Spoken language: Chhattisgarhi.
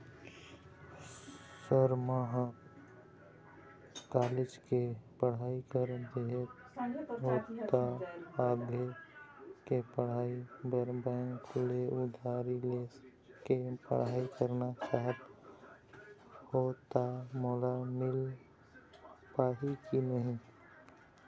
सर म ह कॉलेज के पढ़ाई कर दारें हों ता आगे के पढ़ाई बर बैंक ले उधारी ले के पढ़ाई करना चाहत हों ता मोला मील पाही की नहीं?